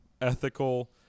ethical